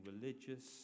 religious